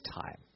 time